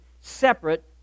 separate